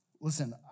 Listen